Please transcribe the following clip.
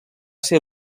ser